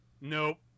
nope